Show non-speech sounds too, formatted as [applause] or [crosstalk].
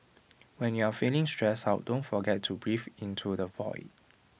[noise] when you are feeling stressed out don't forget to breathe into the void